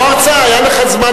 לא הרצאה, היה לך זמן.